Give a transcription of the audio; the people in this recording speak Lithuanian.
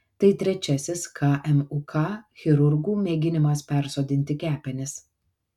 tai trečiasis kmuk chirurgų mėginimas persodinti kepenis